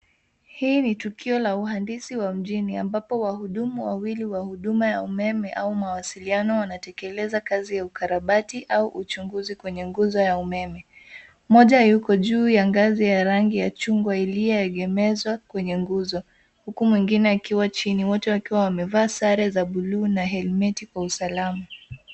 Hii ni tukio la uhandisi wa mjini ambapo wahudumu wawili wa huduma ya umeme au mawasiliano wanatekeleza kazi ya ukarabati au uchunguzi kwenye nguzo ya umeme. Mmoja yuko juu ya ngazi ya rangi ya chungwa iliyoegemezwa kwenye nguzo huku mwingine akiwa chini wote wakiwa wamevaa sare za bluu na helmet kwa usalama.